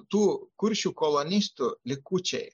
tų kuršių kolonistų likučiai